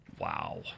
Wow